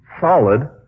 solid